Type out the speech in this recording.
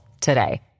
today